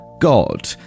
God